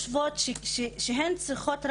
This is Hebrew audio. תעסוקה,